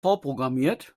vorprogrammiert